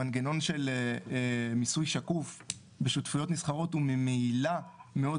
המנגנון של מיסוי שקוף בשותפויות נסחרות הוא ממילא מאוד